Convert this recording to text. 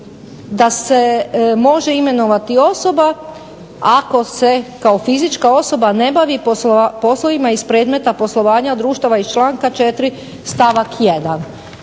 da se može imenovati osoba ako se kao fizička osoba ne bavi poslovima iz predmeta poslovanja društava iz članka 4. stavak 1.